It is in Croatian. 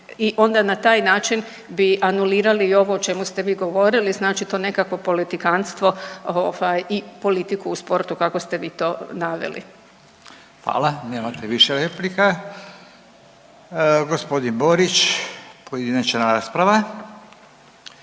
i onda na taj način bi anulirali i ovo o čemu ste vi govorili, znači to nekakvo politikantstvo i politiku u sportu kako ste vi to naveli. **Radin, Furio (Nezavisni)** Hvala, nemate više replika. Gospodin Borić pojedinačna rasprava.